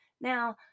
Now